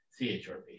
CHRP